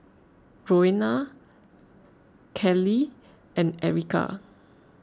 Roena Keli and Erica